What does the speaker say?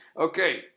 Okay